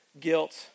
guilt